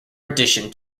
addition